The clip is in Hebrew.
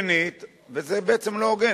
וזה בעצם לא הוגן.